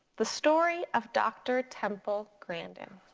the story of dr. temple grandin.